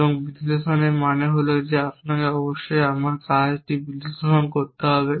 এবং বিশ্লেষণের মানে হল যে আপনাকে অবশ্যই আমার কাজটি বিশ্লেষণ করতে হবে